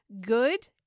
good